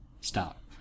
stop